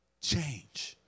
change